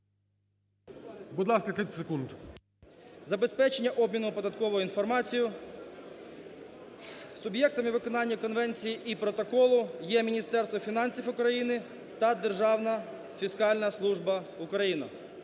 Будь ласка, 30 секунд. ДАНИЛЮК О.О. Забезпечення обміну податковою інформацією. Суб'єктами виконання конвенції і протоколу є Міністерство фінансів України та Державна фіскальна служба України.